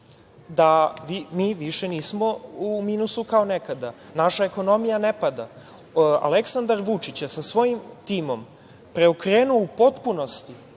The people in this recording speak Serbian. da mi više nismo u minusu kao nekada, naša ekonomija ne pada. Aleksandar Vučić je sa svojim timom preokrenuo u potpunosti,